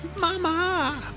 Mama